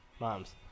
mom's